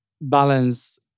balance